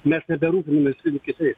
mes neberūpinamės vieni kitais